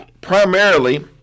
primarily